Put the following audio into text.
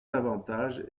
davantage